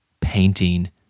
painting